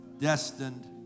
Destined